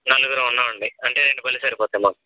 నలుగురం ఉన్నామండి అంటే రెండు బళ్ళు సరిపోతాయి మాకు